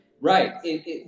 right